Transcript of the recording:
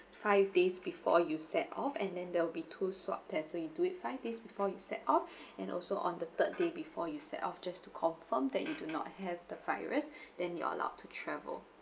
five days before you set off and then there will be two swab test so you do it five days before you set off and also on the third day before you set off just to confirm that you do not have the virus then you are allowed to travel